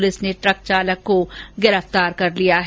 police ने truck चालक को गिरफ्तार कर लिया है